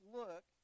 look